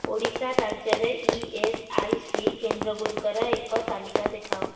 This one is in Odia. ଓଡ଼ିଶା ରାଜ୍ୟରେ ଇ ଏସ୍ ଆଇ ସି କେନ୍ଦ୍ର ଗୁଡ଼ିକର ଏକ ତାଲିକା ଦେଖାଅ